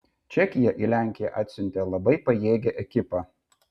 čekija į lenkiją atsiuntė labai pajėgią ekipą